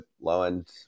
low-end